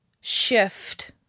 shift